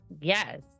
yes